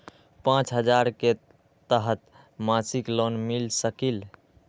पाँच हजार के तहत मासिक लोन मिल सकील?